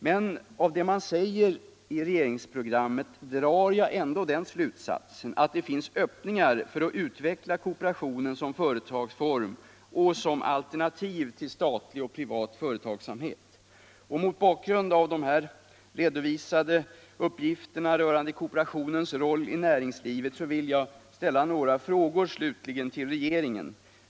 Men av det man säger i regeringsprogrammet drar jag ändå den slutsatsen att det finns öppningar för att utveckla kooperationen som företagstorm och som alternativ till statlig och privat företagsamhet. Mot bakgrund av de här redovisade uppgifterna rörande kooperationens roll i. näringslivet vill jag slutligen ställa några frågor till regeringen.